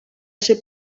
ser